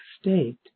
state